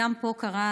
ופה קרה: